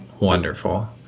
wonderful